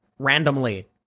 randomly